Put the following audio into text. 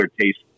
taste